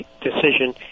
decision